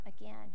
again